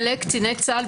באישור ועדת החוקה.